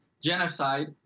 genocide